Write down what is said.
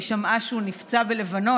היא שמעה שהוא נפצע בלבנון,